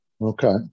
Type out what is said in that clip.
Okay